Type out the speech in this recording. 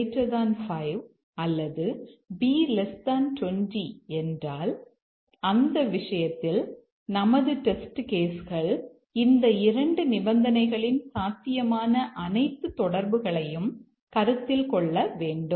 a 5 அல்லது b 20 என்றால் அந்த விஷயத்தில் நமது டெஸ்ட் கேஸ் கள் இந்த இரண்டு நிபந்தனைகளின் சாத்தியமான அனைத்து தொடர்புகளையும் கருத்தில் கொள்ள வேண்டும்